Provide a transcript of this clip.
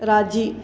राज़ी